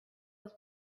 was